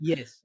Yes